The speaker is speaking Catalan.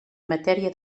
matèria